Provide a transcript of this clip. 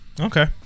Okay